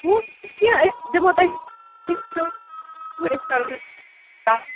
أسۍ دِمو تۄہہِ أسۍ کرو